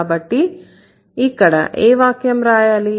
కాబట్టి ఇక్కడ ఏ వాక్యం రాయాలి